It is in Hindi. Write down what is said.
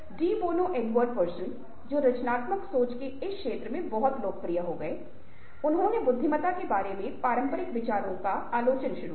अब डी बोनो एडवर्ड पर्सन जो रचनात्मक सोच के इस क्षेत्र में बहुत लोकप्रिय हो गए ने बुद्धिमत्ता के बारे में पारंपरिक विचारों की आलोचना शुरू की